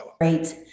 Great